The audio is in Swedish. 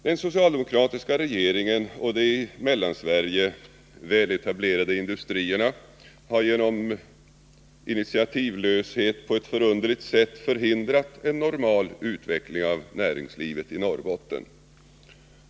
Den socialdemokratiska regeringen och de i Mellansverige väl etablerade industrierna har genom initiativlöshet på ett förunderligt sätt förhindrat en normal utveckling av näringslivet i Norrbotten.